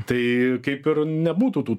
tai kaip ir nebūtų tų